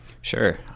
sure